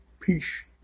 Peace